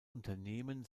unternehmen